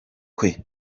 kwe